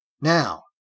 Now